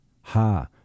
Ha